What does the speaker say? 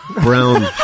Brown